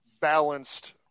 balanced